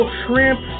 shrimp